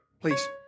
Please